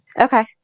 Okay